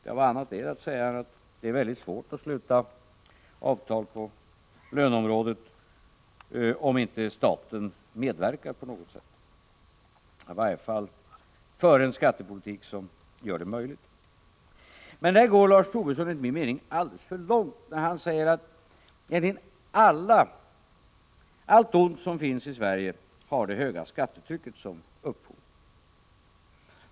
Vad annat är att säga än att det är väldigt svårt att sluta avtal på löneområdet, om inte staten medverkar på något sätt — i varje fall bör staten föra en skattepolitik som skapar möjligheter härvidlag. Men Lars Tobisson går enligt min mening alldeles för långt när han säger att allt ont som finns i Sverige har det höga skattetrycket som upphov.